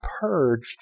purged